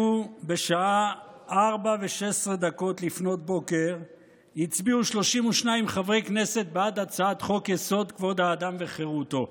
בשעה 04:16 הצביעו 32 חברי כנסת בעד הצעת חוק-יסוד: כבוד האדם וחירותו.